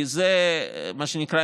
כי זה מה שנקרא,